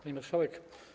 Pani Marszałek!